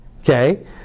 okay